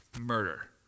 murder